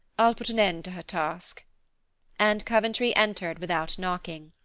i'll put an end to her task and coventry entered without knocking.